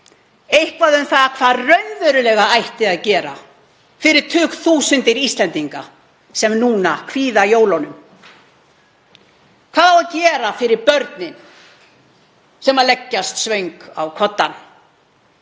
eitthvað um hvað ætti raunverulega að gera fyrir tugþúsundir Íslendinga sem kvíða núna jólunum. Hvað á að gera fyrir börnin sem leggjast svöng á koddann?